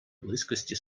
близькості